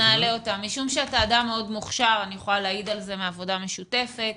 משום שאדם מוכשר אני יכולה להעיד על זה מעבודה משותפת,